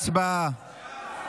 הצבעה.